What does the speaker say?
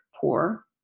poor